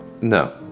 No